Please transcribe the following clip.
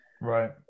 Right